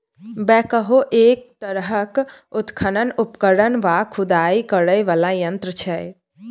backhoe एक तरहक उत्खनन उपकरण वा खुदाई करय बला यंत्र छै